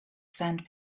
sand